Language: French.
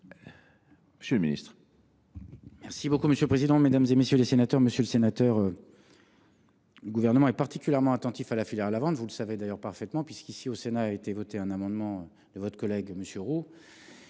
monsieur le ministre.